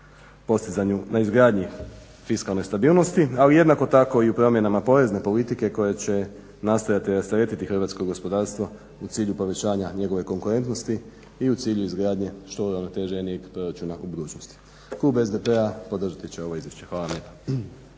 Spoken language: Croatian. na izgradnji fiskalne stabilnosti, ali jednako tako i u promjenama porezne politike koja će nastojati rasteretiti hrvatsko gospodarstvo u cilju povećanja njegove konkurentnosti i u cilju izgradnje što uravnoteženijeg proračuna u budućnosti. Klub SDP-a podržati će ovo izvješće. Hvala vam